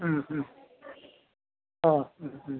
മ്മ് മ്മ് ഓ മ്മ് മ്മ്